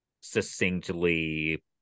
succinctly